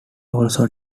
also